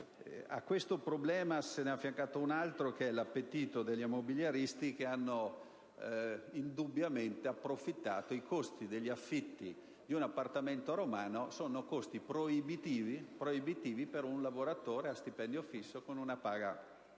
A questo problema se n'è affiancato un altro, che è l'appetito degli immobiliaristi, che ne hanno indubbiamente approfittato: i costi degli affitti di un appartamento romano sono proibitivi per un lavoratore a stipendio fisso con una paga normale.